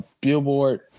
Billboard